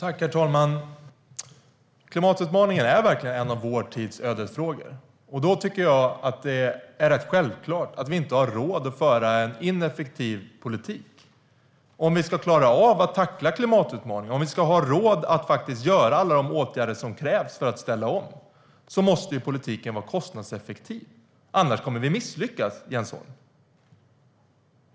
Herr talman! Klimatutmaningen är verkligen en av vår tids ödesfrågor. Därför tycker jag att det är rätt självklart att vi inte har råd att föra en ineffektiv politik. Om vi ska klara av att tackla klimatutmaningen och om vi ska ha råd att vidta alla de åtgärder som krävs för att ställa om måste politiken vara kostnadseffektiv. Annars kommer vi att misslyckas, Jens Holm.